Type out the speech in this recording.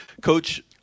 Coach